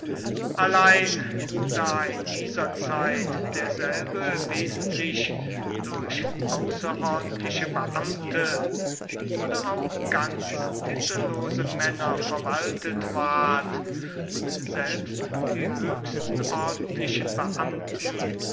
allein da in dieser zeit derselbe wesentlich durch außerordentliche beamte oder auch ganz titellose männer verwaltet ward und selbst die höchsten ordentlichen beamten